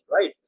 right